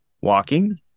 walking